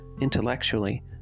intellectually